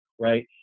right